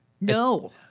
No